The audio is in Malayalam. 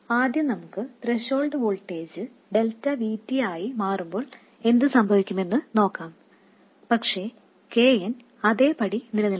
ആദ്യം നമുക്ക് threshold voltage delta V T ആയി മാറുമ്പോൾ എന്തുസംഭവിക്കുമെന്ന് നോക്കാം പക്ഷേ K n അതേപടി നിലനിൽക്കുന്നു